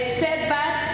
setback